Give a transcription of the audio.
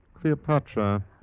Cleopatra